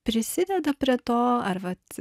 prisideda prie to ar vat